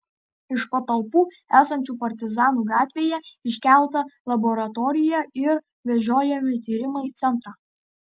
iš patalpų esančių partizanų gatvėje iškelta laboratorija ir vežiojami tyrimai į centrą